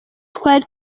twari